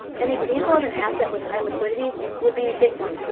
an example of an asset with high liquidity would be bitcoin,